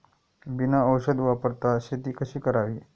बिना औषध वापरता शेती कशी करावी?